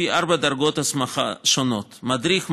לפי ארבע דרגות הסמכה שונות: מדריך,